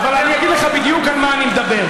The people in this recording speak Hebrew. אבל אני אגיד לך בדיוק על מה אני מדבר,